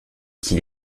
qu’il